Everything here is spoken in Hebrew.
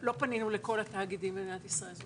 לא פנינו ולכל התאגידים במדינת ישראל.